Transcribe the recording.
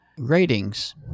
Ratings